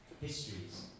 histories